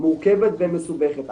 מורכבת ומסובכת.